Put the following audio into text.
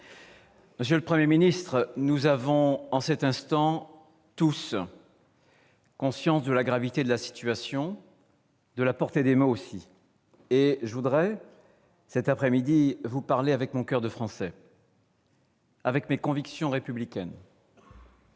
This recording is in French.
Monsieur le Premier ministre, nous avons, en cet instant, tous conscience de la gravité de la situation et de la portée des mots. Cet après-midi, je vous parlerai avec mon coeur de Français, avec mes convictions républicaines.